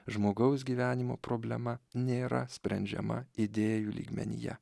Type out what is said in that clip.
žmogaus gyvenimo problema nėra sprendžiama idėjų lygmenyje